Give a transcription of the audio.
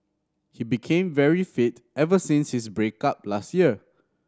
he became very fit ever since his break up last year